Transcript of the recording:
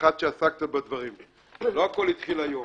מאחד שעסק קצת בדברים: לא הכל התחיל היום.